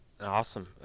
Awesome